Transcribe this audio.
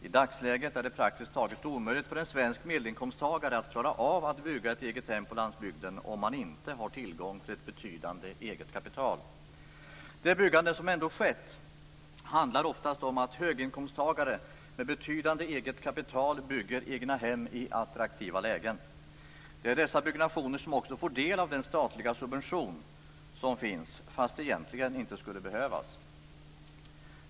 I dagsläget är det praktiskt taget omöjligt för en svensk medelinkomsttagare att klara av att bygga ett eget hem på landsbygden om man inte har tillgång till ett betydande eget kapital. Det byggande som ändå har kommit till stånd handlar oftast om att höginkomsttagare med betydande eget kapital bygger egnahem i attraktiva lägen. Dessa byggnationer får också del av den statliga subvention som finns - fast det egentligen inte skulle behövas.